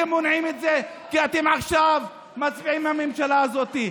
ואתם מונעים את זה כי אתם עכשיו מצביעים עם הממשלה הזאת.